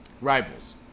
rivals